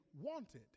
wanted